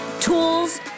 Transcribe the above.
tools